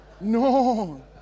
no